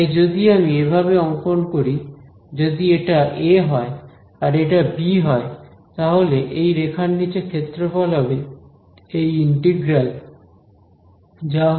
তাই যদি আমি এভাবে অংকন করি যদি এটা এ হয় আর এটা বি হয় তাহলে এই রেখার নিচে ক্ষেত্রফল হবে এই ইন্টিগ্রাল যা হল